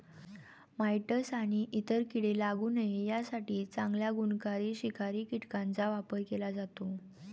mites आणि इतर कीडे लागू नये यासाठी चांगल्या गुणकारी शिकारी कीटकांचा वापर केला जातो